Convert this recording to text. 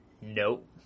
nope